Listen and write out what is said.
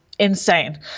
Insane